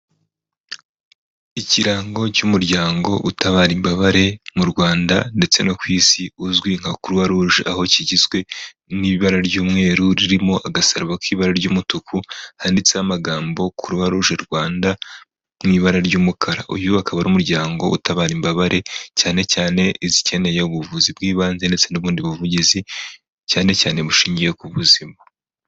Ikirango cy'umuryango utabara imbabare mu Rwanda ndetse no ku'Isi uzwi nka croix rouuge aho kigizwe n'ibara ry'umweru ririmo agasaraba k'ibara ry'umutuku handitseho amagambo croix rouge Rwanda mu ibara ry'umukara uyu akaba n'umuryango utabara imbabare cyane cyane izikeneye ubuvuzi bw'ibanze ndetse n'ubundi buvugizi cyane cyane bushingiye ku buzima.